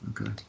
Okay